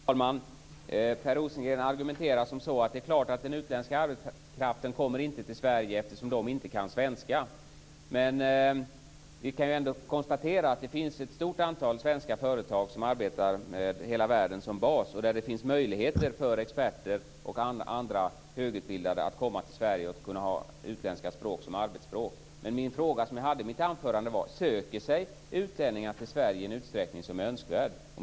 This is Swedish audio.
Fru talman! Per Rosengren argumenterar och säger att det är klart att den utländska arbetskraften inte kommer till Sverige eftersom man inte kan svenska. Men vi kan konstatera att det finns ett stort antal svenska företag som arbetar med hela världen som bas. Det finns möjligheter för experter och andra högutbildade att komma till dessa företag i Sverige och ha utländska språk som arbetsspråk. Men frågan i mitt anförande var: Söker utlänningar sig till Sverige i den utsträckning som är önskvärd?